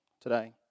today